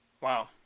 Wow